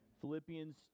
Philippians